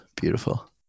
Beautiful